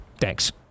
Thanks